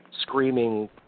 screaming